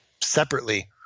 separately